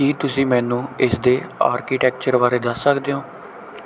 ਕੀ ਤੁਸੀਂ ਮੈਨੂੰ ਇਸਦੇ ਆਰਕੀਟੈਕਚਰ ਬਾਰੇ ਦੱਸ ਸਕਦੇ ਹੋ